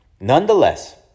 Nonetheless